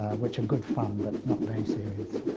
which are good fun but not very serious.